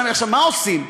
עכשיו, מה עושים?